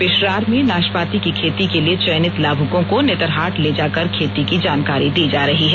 पेशरार में नाशपाती की खेती के लिए चयनित लाभुकों को नेतरहाट ले जाकर खेती की जानकारी दी जा रही है